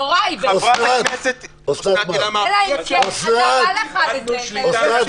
לא מקובל עליי שחברת כנסת -- פתאום התקשורת סבבה?